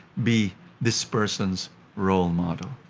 be this person's role model.